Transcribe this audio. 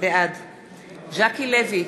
בעד ז'קי לוי,